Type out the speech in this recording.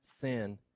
sin